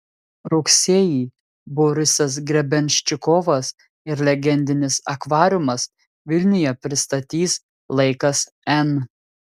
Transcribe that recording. rugsėjį borisas grebenščikovas ir legendinis akvariumas vilniuje pristatys laikas n